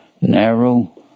Narrow